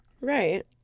right